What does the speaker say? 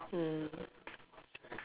mm